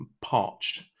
Parched